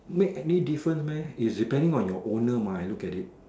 make any difference meh is depending on your owner mah I look at it